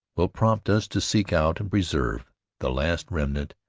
will prompt us to seek out and preserve the last remnant,